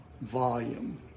volume